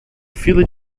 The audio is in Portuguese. fila